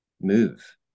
move